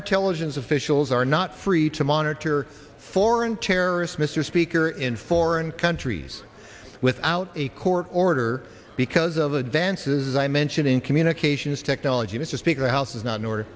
intelligence officials are not free to monitor foreign terrorists mr speaker in foreign countries without a court order because of advances i mentioned in communications technology mr speaker the house is not in order